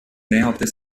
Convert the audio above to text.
näherte